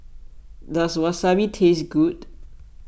does Wasabi taste good